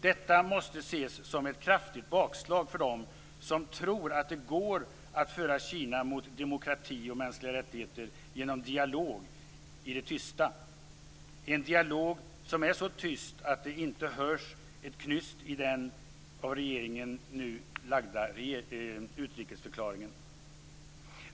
Detta måste ses som ett kraftigt bakslag för dem som tror att det går att föra Kina mot demokrati och mänskliga rättigheter genom dialog i det tysta, en dialog som är så tyst att det inte hörs ett knyst av den i regeringens utrikesdeklaration.